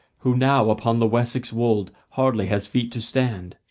who now upon the wessex wold hardly has feet to stand.